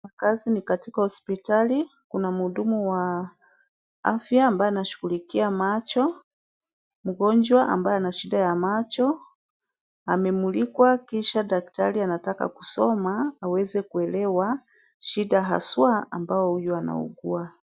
Makazi ni katika hospitali. Kuna mhudumu wa afya ambaye anashughulikia macho. Mgonjwa ambaye ana shida ya macho amemulikwa kisha daktari anataka kusoma aweze kuelewa shida haswa ambayo huyu anaugua.